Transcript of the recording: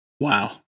Wow